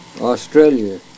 Australia